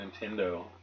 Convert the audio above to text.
Nintendo